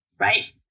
Right